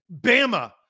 Bama